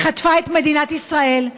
היא חטפה את מדינת ישראל,